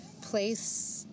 place